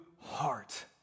heart